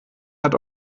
hat